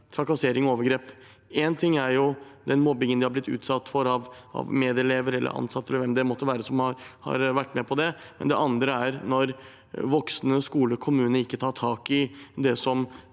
trakassering og overgrep. Én ting er den mobbingen de har blitt utsatt for av medelever, ansatte eller hvem det måtte være som har vært med på det, men det andre er når voksne, skole og kommune ikke tar tak i det som